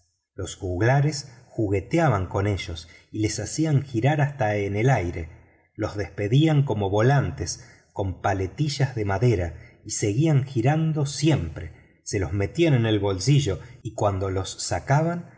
los juglares jugueteaban con ellos y los hacían girar hasta en el aire los despedían como volantes con paletillas de madera y seguían girando siempre se los metían en el bolsillo y cuando los sacaban